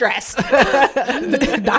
stress